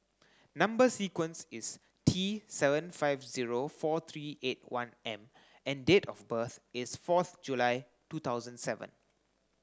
number sequence is T seven five zero four three eight one M and date of birth is fourth July two thousand seven